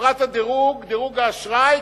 בחברת דירוג האשראי,